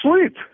sleep